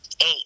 eight